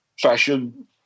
fashion